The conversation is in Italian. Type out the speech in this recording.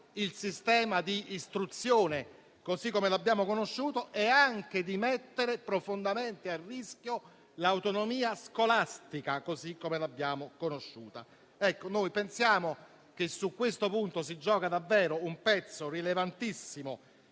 il sistema di istruzione così come l'abbiamo conosciuto e anche di mettere profondamente a rischio l'autonomia scolastica così come l'abbiamo conosciuta. Pensiamo che su questo punto si giochi davvero un pezzo rilevantissimo